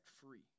free